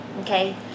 Okay